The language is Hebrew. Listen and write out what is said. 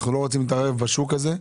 אנחנו לא רוצים להתערב בשוק הזה.